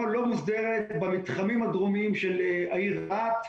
לא מוסדרת במתחמים הדרומיים של העיר רהט.